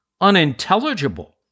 unintelligible